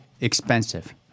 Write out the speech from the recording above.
expensive